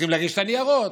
צריכים להגיש את הניירות,